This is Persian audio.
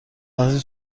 وقتی